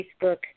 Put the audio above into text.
Facebook